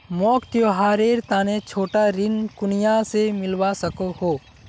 मोक त्योहारेर तने छोटा ऋण कुनियाँ से मिलवा सको हो?